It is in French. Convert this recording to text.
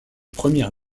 première